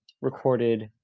recorded